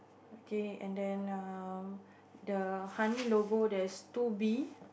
okay and then err the honey logo there is two bee